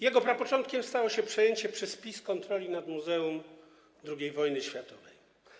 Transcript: Jego prapoczątkiem stało się przejęcie przez PiS kontroli nad Muzeum II Wojny Światowej.